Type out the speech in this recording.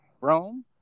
Rome